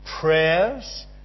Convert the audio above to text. prayers